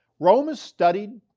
rome is studied,